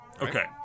Okay